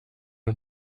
und